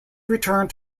returned